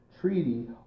treaty